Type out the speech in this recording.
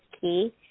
key